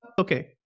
okay